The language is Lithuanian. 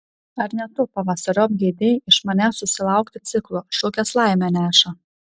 ar ne tu pavasariop geidei iš manęs susilaukti ciklo šukės laimę neša